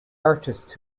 artists